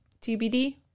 TBD